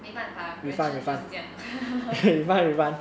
没办法 lah 人生就是这样